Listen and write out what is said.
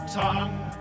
tongue